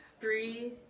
three